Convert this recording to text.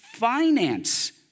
Finance